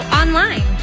online